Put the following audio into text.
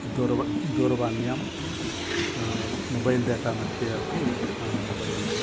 दूरव दूरवाण्यां मोबैल् डाटामध्ये अपि वयं